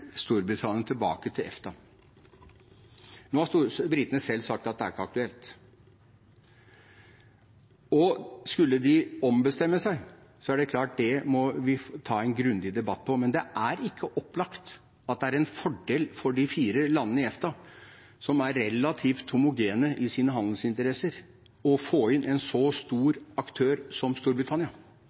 Storbritannia tilbake til EFTA. Nå har britene selv sagt at det ikke er aktuelt. Skulle de ombestemme seg, er det klart at vi må ta en grundig debatt om det. Men det er ikke opplagt at det er en fordel for de fire landene i EFTA, som er relativt homogene i sine handelsinteresser, å få inn en så stor aktør som Storbritannia.